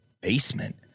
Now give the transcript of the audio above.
basement